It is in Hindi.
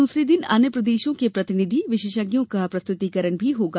दूसरे दिन अन्य प्रदेशों के प्रतिनिधि विशेषज्ञों का प्रस्तुतीकरण होगा